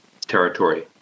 territory